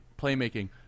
playmaking